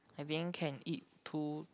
at the end can eat two